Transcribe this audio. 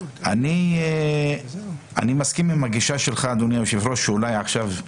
אני מסכים עם הגישה שלך אדוני היושב ראש שאולי עכשיו,